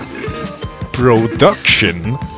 Production